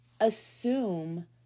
assume